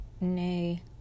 nay